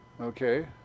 okay